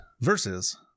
versus